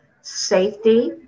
safety